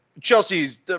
Chelsea's